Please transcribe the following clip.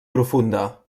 profunda